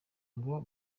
ngo